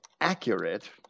accurate